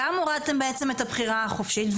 גם הורדתם בעצם את הבחירה החופשית,